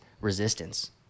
resistance